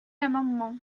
amendement